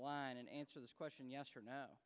line and answer this question yes or no